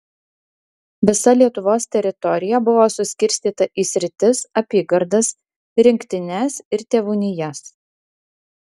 visa lietuvos teritorija buvo suskirstyta į sritis apygardas rinktines ir tėvūnijas